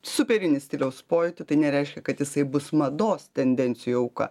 superinį stiliaus pojūtį tai nereiškia kad jisai bus mados tendencijų auka